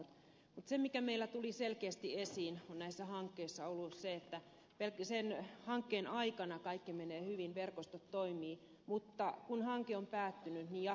mutta se mikä meillä tuli selkeästi esiin on näissä hankkeissa ollut se että sen hankkeen aikana kaikki menee hyvin verkostot toimivat mutta kun hanke on päättynyt niin jatkajia ei tahdo löytyä